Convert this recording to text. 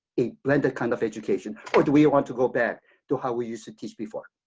a blended kind of education, or do we want to go back to how we used to teach before?